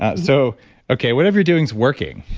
ah so okay, whatever you're doing is working